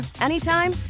anytime